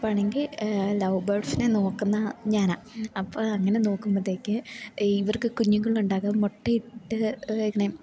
അപ്പാണെങ്കിൽ love ബേർഡ്സിനെ നോക്കുന്ന ഞാനാണ് അപ്പം അങ്ങനെ നോക്കുമ്പോഴത്തേക്ക് ഇവർക്ക് കുഞ്ഞുകൾ ഉണ്ടാകാൻ മുട്ട ഇട്ട് ഇങ്ങനെ